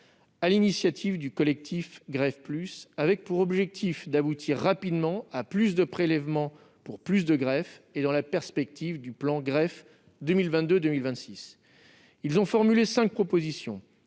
l'initiative du collectif Greffes+, qui s'est fixé pour objectif d'aboutir rapidement à « plus de prélèvements pour plus de greffes » dans la perspective du plan 2022-2026. Le collectif a formulé cinq propositions